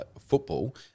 football